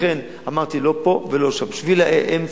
לכן אמרתי: לא פה ולא שם שביל האמצע,